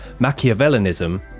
machiavellianism